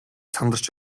сандарч